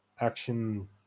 action